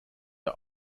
are